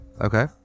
okay